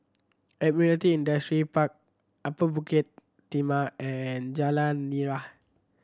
Admiralty Industrial Park Upper Bukit Timah and Jalan Nira